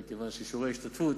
מכיוון ששיעורי ההשתתפות